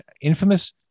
infamous